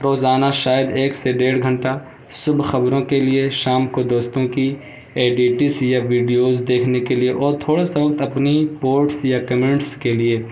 روزانہ شاید ایک سے ڈیڑھ گھنٹہ صبح خبروں کے لیے شام کو دوستوں کی ایڈیٹس یا ویڈیوز دیکھنے کے لیے اور تھوڑے سا وقت اپنی پوٹس یا کمنٹس کے لیے